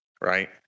Right